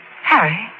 Harry